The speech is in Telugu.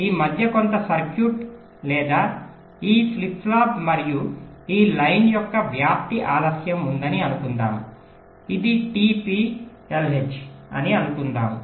ఈ మధ్య కొంత సర్క్యూట్ లేదా ఈ ఫ్లిప్ ఫ్లాప్ మరియు ఈ లైన్ యొక్క వ్యాప్తి ఆలస్యం ఉందని అనుకుందాము ఇది టి పి ఎల్హెచ్ అని అనుకుందాం